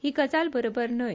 ही गजाल बरोबर न्हय